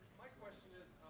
my question is